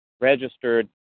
registered